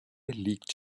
liegt